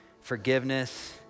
forgiveness